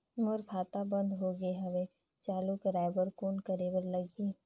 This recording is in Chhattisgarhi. मोर खाता बंद हो गे हवय चालू कराय बर कौन करे बर लगही?